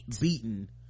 Beaten